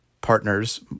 partners